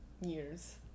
years